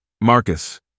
Marcus